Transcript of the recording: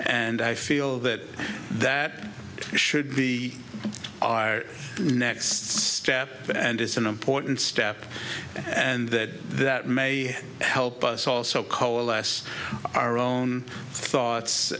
and i feel that that should be our next step and it's an important step and that that may help us also coalesce our own thoughts